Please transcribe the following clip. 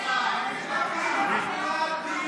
4), התשפ"ב 2021,